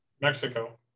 Mexico